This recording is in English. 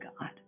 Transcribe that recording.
God